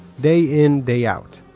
day in, day out.